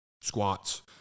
squats